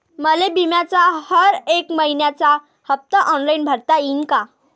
मले बिम्याचा हर मइन्याचा हप्ता ऑनलाईन भरता यीन का?